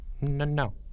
no